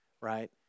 right